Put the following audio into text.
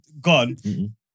Gone